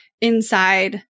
inside